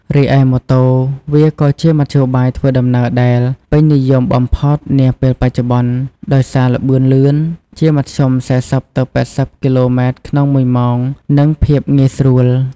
រីឯម៉ូតូ វាក៏ជាមធ្យោបាយធ្វើដំណើរដែល ពេញនិយមបំផុតនាពេលបច្ចុប្បន្ន ដោយសារល្បឿនលឿន ជាមធ្យម ៤០ ទៅ ៨០ គីឡូម៉ែត្រក្នុងមួយម៉ោងនិងភាពងាយស្រួល ។